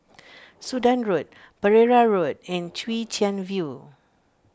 Sudan Road Pereira Road and Chwee Chian View